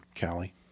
Callie